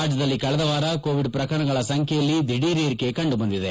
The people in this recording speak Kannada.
ರಾಜ್ಯದಲ್ಲಿ ಕಳೆದ ವಾರ ಕೋವಿಡ್ ಪ್ರಕರಣಗಳ ಸಂಚ್ಯೆಯಲ್ಲಿ ದಿಢೀರ್ ಏರಿಕೆ ಕಂಡುಬಂದಿದೆ